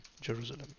Jerusalem